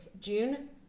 June